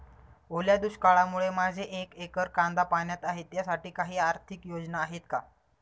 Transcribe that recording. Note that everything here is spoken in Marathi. ओल्या दुष्काळामुळे माझे एक एकर कांदा पाण्यात आहे त्यासाठी काही आर्थिक योजना आहेत का?